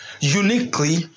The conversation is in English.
uniquely